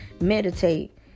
meditate